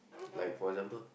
like for example